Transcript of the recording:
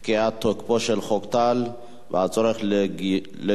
פקיעת תוקפו של חוק טל והצורך בגיוס,